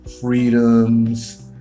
freedoms